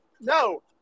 No